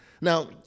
Now